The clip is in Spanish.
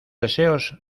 deseos